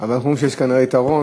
אבל אנחנו רואים שיש כנראה יתרון,